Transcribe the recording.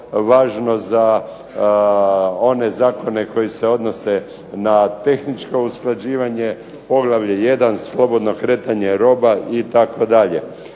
važno za one zakone koji se odnose na tehničko usklađivanje poglavlje 1- Slobodno kretanje roba itd.